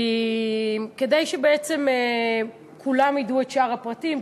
כדי שבעצם כולם ידעו את שאר הפרטים,